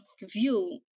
view